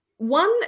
One